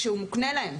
שמוקנה להם?